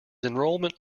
enrolment